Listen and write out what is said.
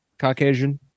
Caucasian